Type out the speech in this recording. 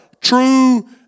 true